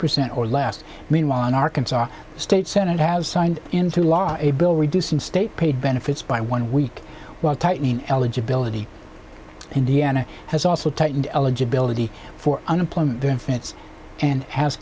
percent or less meanwhile an arkansas state senate has signed into law a bill reducing state paid benefits by one week while tightening eligibility indiana has also tightened eligibility for unemployment unfits and has